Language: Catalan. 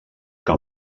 que